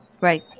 right